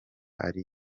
ari